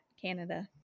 Canada